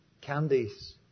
candies